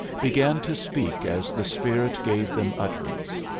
began to speak as the spirit gave them utterance.